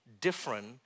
different